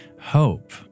hope